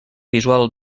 visual